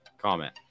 comment